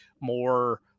more